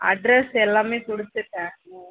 address எல்லாமே கொடுத்துட்டேன் ம்